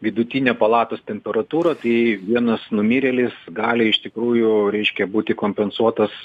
vidutinę palatos temperatūrą tai vienas numirėlis gali iš tikrųjų reiškia būti kompensuotas